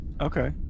Okay